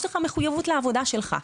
יש לך מחויבת לעבודה שלך.